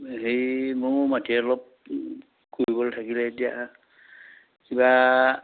সেই মোৰো মাটি অলপ কৰিবলে থাকিলে এতিয়া কিবা